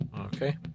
Okay